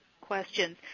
questions